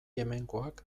hemengoak